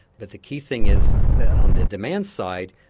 but the key thing is on the demand side,